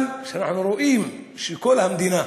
אבל כשאנחנו רואים שכל המדינה,